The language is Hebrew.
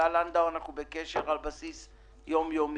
פעילותם והציג בפני הוועדה שורה של פעולות שהם מתכננים לעשות.